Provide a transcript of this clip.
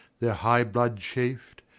their high blood chaf'd,